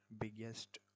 biggest